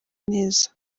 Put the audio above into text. neza